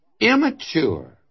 immature